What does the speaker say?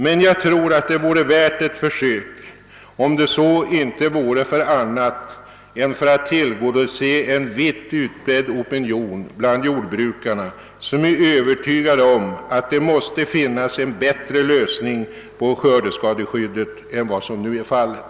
Men jag tror att det vore värt ett försök, om det så inte vore för annat än för att tillgodose en vitt utbredd opinion bland jordbrukarna, att det måste finnas en bättre lösning på frågan om skördeskadeskyddet än vad som nu är fallet.